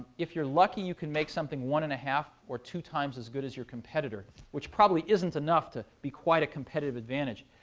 if you're lucky, you can make something one and a half or two times as good as your competitor, which probably isn't enough to be quite a competitive advantage.